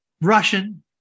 Russian